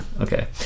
okay